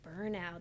burnout